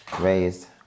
Raised